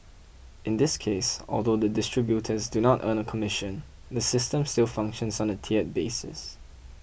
in this case although the distributors do not earn a commission the system still functions on a tiered basis